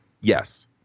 Yes